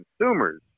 consumers